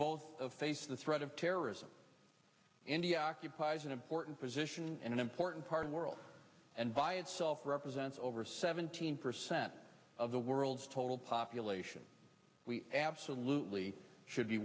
bowled of face the threat of terrorism india occupies an important position in an important part of the world and by itself represents over seventeen percent of the world's total population we absolutely should be